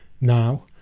now